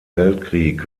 weltkrieg